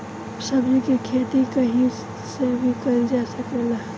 सब्जी के खेती कहीं भी कईल जा सकेला